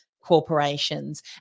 Corporations